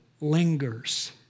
lingers